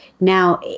Now